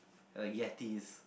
a Yeti